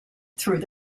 through